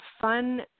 fun